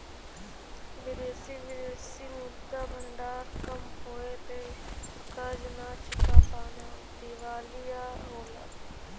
विदेशी विदेशी मुद्रा भंडार कम होये पे कर्ज न चुका पाना दिवालिया होला